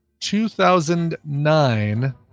2009